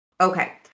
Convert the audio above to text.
Okay